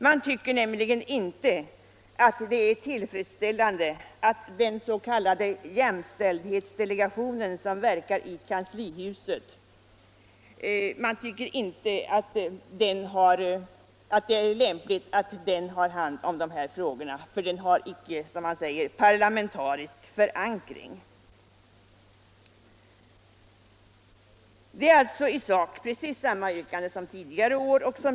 Man tycker nämligen inte att det är tillfredsställande att den s.k. jämställdhetsdelegationen, som verkar i kanslihuset, har hand om de här frågorna, eftersom den —- som man säger —-inte har parlamentarisk förankring. Det är alltså i sak precis samma yrkande som tidigare år.